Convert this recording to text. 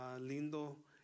lindo